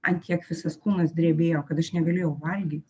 ant tiek visas kūnas drebėjo kad aš negalėjau valgyt